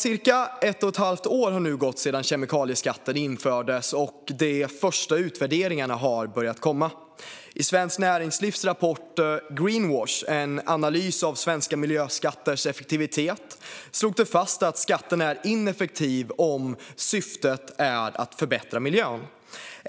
Cirka ett och ett halvt år har nu gått sedan kemikalieskatten infördes, och de första utvärderingarna har börjat komma. I Svenskt Näringslivs rapport Greenwash? En analys av svenska miljöskatters effektivitet , slås fast att skatten är ineffektiv om syftet är att förbättra miljön.